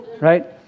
right